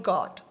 God